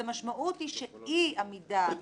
המשמעות היא שאי עמידה